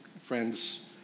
friends